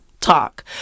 talk